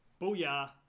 Booyah